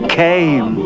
came